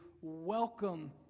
welcome